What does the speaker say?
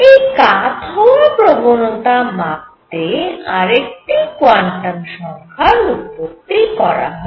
এই কাত হওয়ার প্রবণতা মাপতে আরেকটি কোয়ান্টাম সংখ্যার উৎপত্তি করা হয়